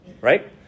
right